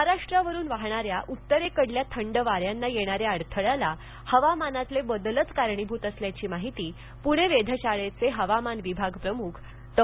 महाराष्ट्रावरून वाहणाऱ्या उत्तरेकडील थंड वाऱ्यांना येणाऱ्या अडथळ्याला हवामानातील बदलच कारणीभूत ठरल्याची माहिती पूणे वेधशाळेचे हवामान विभाग प्रम्ख डॉ